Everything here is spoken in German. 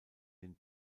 den